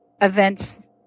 events